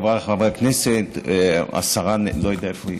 חבריי חברי הכנסת, השרה, לא יודע איפה היא.